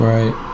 Right